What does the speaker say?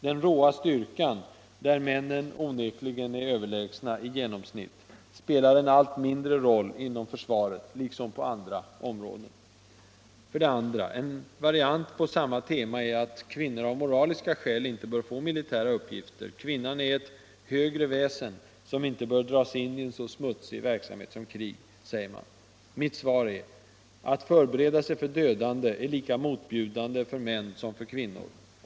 Den råa styrkan — där männen onekligen i genomsnitt är överlägsna — spelar allt mindre roll inom försvaret, liksom på andra områden. För det andra är en variant på samma tema att kvinnor av moraliska skäl inte bör få militära uppgifter. Kvinnan är ett högre väsen, som inte bör dras in i så smutsig verksamhet som krig, säger man. Mitt svar är: Att förbereda sig för dödande är lika motbjudande för män som för kvinnor.